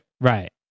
Right